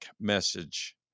message